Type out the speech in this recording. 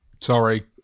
Sorry